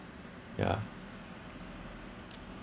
yeah